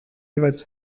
jeweils